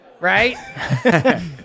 Right